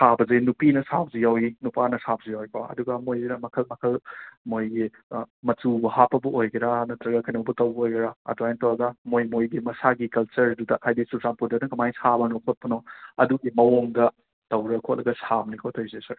ꯁꯥꯕꯁꯤ ꯅꯨꯄꯤꯅ ꯁꯥꯕꯁꯨ ꯌꯥꯎꯋꯤ ꯅꯨꯄꯥꯅ ꯁꯥꯕꯁꯨ ꯌꯥꯎꯋꯤꯀꯣ ꯑꯗꯨꯒ ꯃꯣꯏꯁꯤꯅ ꯃꯈꯜ ꯃꯈꯜ ꯃꯣꯏꯒꯤ ꯃꯆꯨ ꯍꯥꯞꯄꯕꯨ ꯑꯣꯏꯒꯦꯔꯥ ꯅꯠꯇ꯭ꯔꯒ ꯀꯩꯅꯣꯕꯨ ꯇꯧꯕ ꯑꯣꯏꯒꯦꯔꯥ ꯑꯗꯨꯃꯥꯏ ꯇꯧꯔꯒ ꯃꯣꯏ ꯃꯣꯏꯒꯤ ꯃꯁꯥꯒꯤ ꯀꯜꯆꯔꯗꯨꯗ ꯍꯥꯏꯗꯤ ꯆꯨꯔꯆꯥꯟꯄꯨꯔꯗꯅ ꯀꯃꯥꯏꯅ ꯁꯥꯕꯅꯣ ꯈꯣꯠꯄꯅꯣ ꯑꯗꯨꯒꯤ ꯃꯑꯣꯡꯗ ꯇꯧꯔꯒ ꯈꯣꯠꯂꯒ ꯁꯥꯕꯅꯤꯀꯣ ꯇꯧꯔꯤꯁꯦ ꯁꯔ